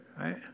right